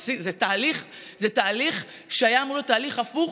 זה תהליך שהיה אמור להיות תהליך הפוך,